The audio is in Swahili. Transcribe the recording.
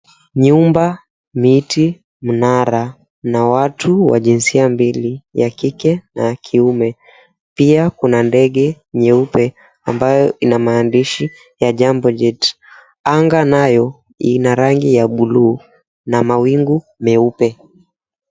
Nyumba, miti, mnara na watu wa jinsia mbili, ya kike na ya kiume. Pia kuna ndege nyeupe ambayo ina maandishi ya Jambo Jet. Anga nayo ina rangi ya buluu na mawingu meupe.